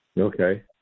Okay